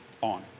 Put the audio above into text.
on